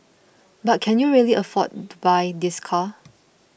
but can you really afford to buy this car